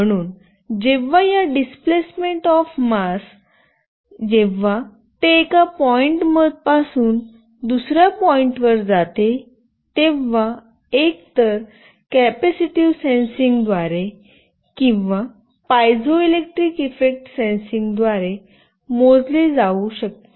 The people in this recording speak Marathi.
म्हणून जेव्हा या डिस्प्लेसमेंट ऑफ मास जेव्हा ते एका पॉईंट पासून दुसर्या पॉईंटवर जाते तेव्हा एकतर कॅपेसिटिव्ह सेन्सिंग द्वारे किंवा पायझोइलेक्ट्रिक इफेक्ट सेन्सिंग द्वारे मोजले जाऊ शकते